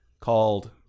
called